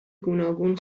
گوناگون